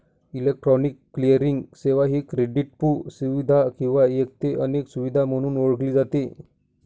electronic clearing सेवा ही क्रेडिटपू सुविधा किंवा एक ते अनेक सुविधा म्हणून ओळखली जाते